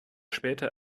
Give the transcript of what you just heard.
später